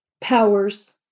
powers